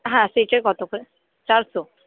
হ্যাঁ সেইটা কত করে চারশো